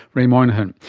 ray moynihan.